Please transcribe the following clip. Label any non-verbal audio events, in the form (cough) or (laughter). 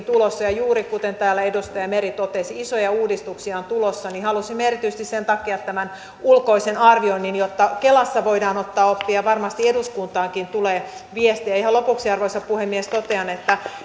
(unintelligible) tulossa juuri kuten täällä edustaja meri totesi isoja uudistuksia on tulossa ja halusimme erityisesti sen takia tämän ulkoisen arvioinnin jotta kelassa voidaan ottaa oppia ja varmasti eduskuntaankin tulee viestejä ihan lopuksi arvoisa puhemies totean että